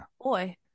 boy